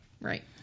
Right